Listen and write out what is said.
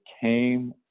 came